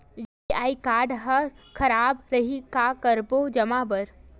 QR code हा खराब रही का करबो जमा बर?